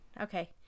Okay